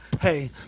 hey